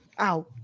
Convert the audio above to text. Ow